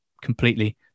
Completely